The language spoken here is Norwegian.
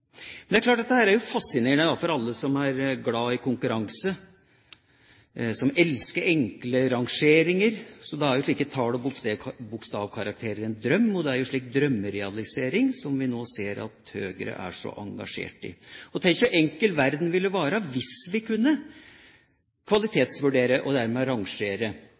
Det er klart at tallkarakterer er fascinerende for alle som er glad i konkurranse, og for alle som elsker enkle rangeringer. For dem er tall- og bokstavkarakterer en drøm, og det er en slik drømmerealisering vi nå ser at Høyre er så engasjert i. Tenk så enkel verden ville være hvis vi kunne kvalitetsvurdere og